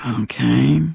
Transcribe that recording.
Okay